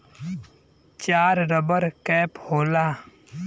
चार rubber cap होला